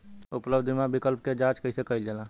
उपलब्ध बीमा विकल्प क जांच कैसे कइल जाला?